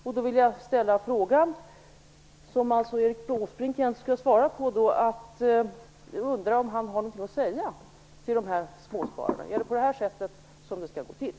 Jag vill då ställa frågan, som Erik Åsbrink egentligen skulle ha svarat på: Har Erik Åsbrink någonting att säga till dessa småsparare? Är det på det här sättet som det skall gå till?